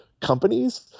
companies